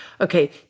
okay